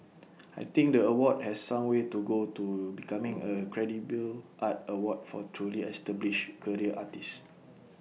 I think the award has some way to go to becoming A credible art award for truly established career artists